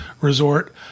resort